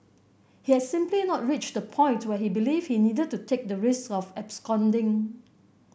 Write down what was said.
he had simply not reached the point where he believed he needed to take the risk of absconding